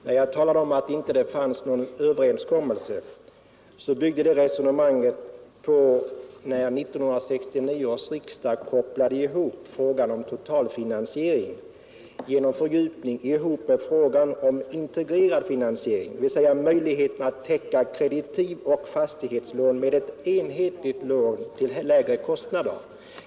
När jag talade om att det inte fanns någon överenskommelse byggde det resonemanget på att 1969 års riksdag kopplade ihop frågan om totalfinansiering genom fördjupning med frågan om integrerad finansiering, dvs. möjligheten att täcka kreditiv och fastighetslån med ett enhetligt lån till lägre kostnader.